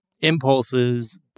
impulses